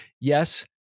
Yes